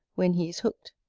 when he is hooked.